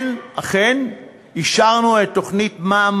-הגג עם ראשי הערים הזרמנו מיליארדי שקלים.